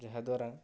ଯାହାଦ୍ୱାରା